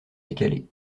décalé